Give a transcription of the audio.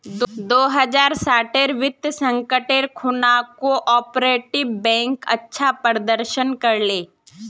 दो हज़ार साटेर वित्तीय संकटेर खुणा कोआपरेटिव बैंक अच्छा प्रदर्शन कर ले